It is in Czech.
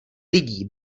lidí